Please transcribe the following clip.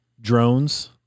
drones